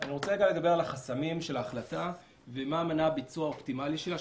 אני רוצה לדבר על החסמים של ההחלטה ומה מנע ביצוע אופטימלי שלה.